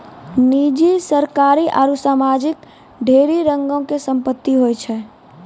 निजी, सरकारी आरु समाजिक ढेरी रंगो के संपत्ति होय छै